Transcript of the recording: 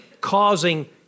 causing